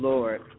Lord